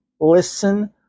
listen